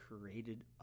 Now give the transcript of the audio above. created